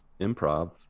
improv